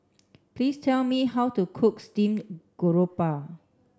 please tell me how to cook Steamed Garoupa